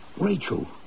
Rachel